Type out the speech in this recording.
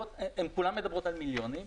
כולן מדברות על מיליונים,